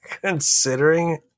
considering